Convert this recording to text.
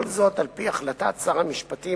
כל זאת על-פי החלטת שר המשפטים,